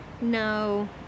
No